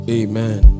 amen